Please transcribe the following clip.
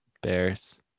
Bears